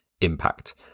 impact